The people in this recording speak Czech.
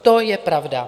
To je pravda.